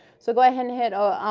so go ahead and hit. um,